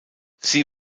sie